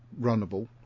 runnable